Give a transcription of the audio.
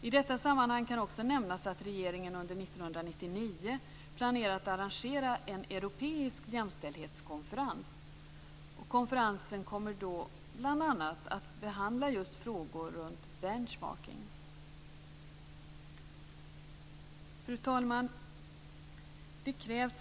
I detta sammanhang kan också nämnas att regeringen under 1999 planerar att arrangera en europeisk jämställdhetskonferens. Konferensen kommer bl.a. att behandla just frågor om benchmarking. Fru talman!